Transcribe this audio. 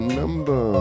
number